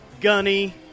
Gunny